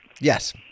Yes